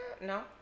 no